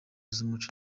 z’umuco